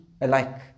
alike